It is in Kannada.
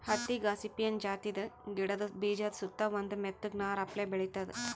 ಹತ್ತಿ ಗಾಸಿಪಿಯನ್ ಜಾತಿದ್ ಗಿಡದ ಬೀಜಾದ ಸುತ್ತಾ ಒಂದ್ ಮೆತ್ತಗ್ ನಾರ್ ಅಪ್ಲೆ ಬೆಳಿತದ್